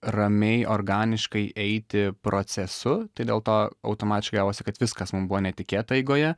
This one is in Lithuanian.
ramiai organiškai eiti procesu tai dėl to automatiškai gavosi kad viskas mum buvo netikėta eigoje